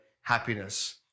happiness